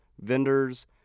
vendors